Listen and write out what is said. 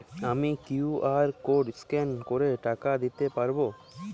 আমি QR code scan করে টাকা দিতে পারবো?